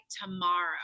tomorrow